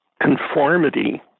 conformity